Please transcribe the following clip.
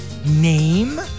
Name